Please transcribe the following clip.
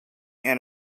and